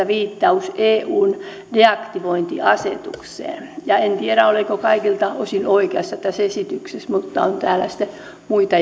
viittaus eun deaktivointiasetukseen en tiedä olenko kaikilta osin oikeassa tässä esityksessä mutta on täällä sitten muita